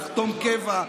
לחתום קבע,